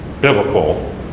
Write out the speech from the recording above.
biblical